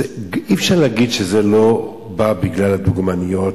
אי-אפשר להגיד שזה לא בא בגלל הדוגמניות